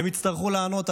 והן יצטרכו לענות,